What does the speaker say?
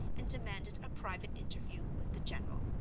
and demanded a private interview with the general.